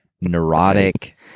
Neurotic